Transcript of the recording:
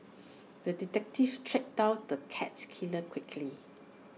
the detective tracked down the cat killer quickly